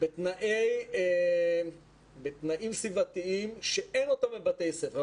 בתנאים סביבתיים שאין אותם בבתי ספר,